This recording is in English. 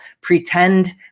pretend